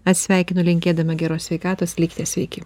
atsisveikinu linkėdama geros sveikatos likite sveiki